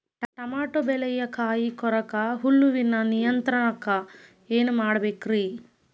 Tomato ಬೆಳೆಯ ಕಾಯಿ ಕೊರಕ ಹುಳುವಿನ ನಿಯಂತ್ರಣಕ್ಕ ಏನ್ ಮಾಡಬೇಕ್ರಿ?